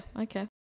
okay